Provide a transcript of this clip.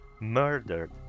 murdered